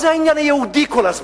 מה העניין היהודי כל הזמן?